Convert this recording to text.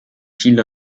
chile